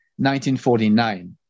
1949